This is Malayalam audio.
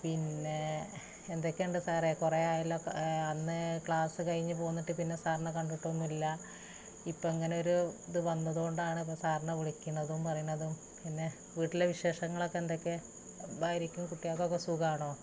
പിന്നെ എന്തൊക്കെയുണ്ട് സാറേ കുറേ ആയല്ലോ അന്ന് ക്ലാസ് കഴിഞ്ഞു പോന്നിട്ട് പിന്നെ സാറിനെ കണ്ടിട്ടൊന്നുമില്ല ഇപ്പങ്ങനെ ഒരു ഇത് വന്നത് കൊണ്ടാണിപ്പം സാറിനെ വിളിക്കണതും പറയണതും പിന്നെ വീട്ടിലെ വിശേഷങ്ങളൊക്കെ എന്തൊക്കെ ഭാര്യക്കും കുട്ടികൾക്കൊക്കെ സുഖമാണോ